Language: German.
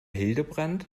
hildebrand